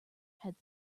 had